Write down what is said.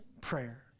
prayer